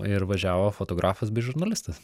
ir važiavo fotografas bei žurnalistas